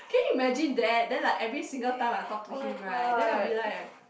can you imagine that then like every single time I talk to him right then I'll be like